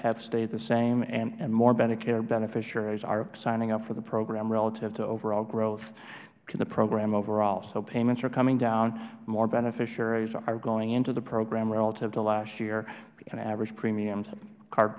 have stayed the same and more medicare beneficiaries are signing up for the program relative to overall growth to the program overall so payments are coming down more beneficiaries are going into the program relative to last year and average premiums ar